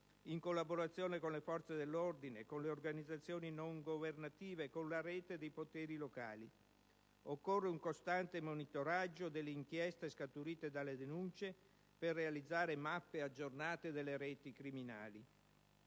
in collaborazione con le forze dell'ordine, con organizzazioni non governative e con la rete dei poteri locali. Occorre un costante monitoraggio delle inchieste scaturite dalle denunce per realizzare mappe aggiornate delle reti criminali.